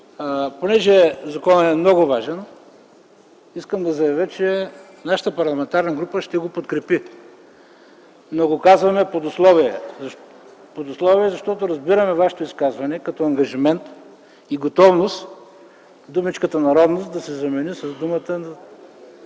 понеже законът е много важен, искам да заявя, че нашата парламентарна група ще го подкрепи, но го казваме под условие. Казваме го под условие, защото разбираме Вашето изказване като ангажимент и готовност думичката „народност” да се замени с думата